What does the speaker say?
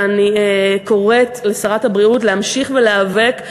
ואני קוראת לשרת הבריאות להמשיך ולהיאבק,